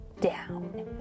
down